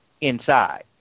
inside